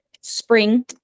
spring